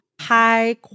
high